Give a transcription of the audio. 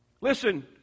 Listen